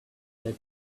that